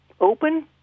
open